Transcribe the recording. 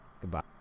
Goodbye